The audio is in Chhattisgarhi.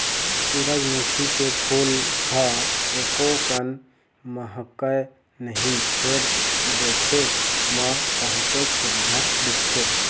सूरजमुखी के फूल ह एकोकन महकय नहि फेर दिखे म बहुतेच सुग्घर दिखथे